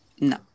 no